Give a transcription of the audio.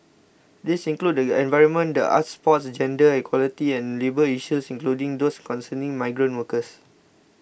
these include the environment the arts sports gender equality and labour issues including those concerning migrant workers